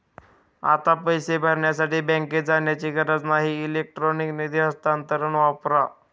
आता पैसे भरण्यासाठी बँकेत जाण्याची गरज नाही इलेक्ट्रॉनिक निधी हस्तांतरण वापरा